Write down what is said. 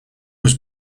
was